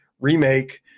remake